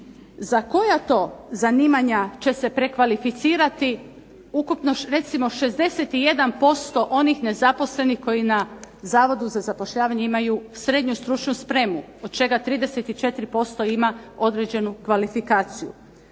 Za koja to zanimanja će se prekvalificirati ukupno recimo 61% onih nezaposlenih koji na Zavodu za zapošljavanje imaju srednju stručnu spremu, od čega 34% ima određenu kvalifikaciju.